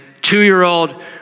two-year-old